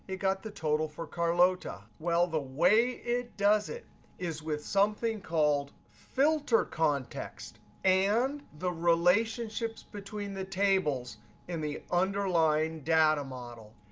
got the total for carlota. well, the way it does it is with something called filter context and the relationships between the tables in the underlying data model.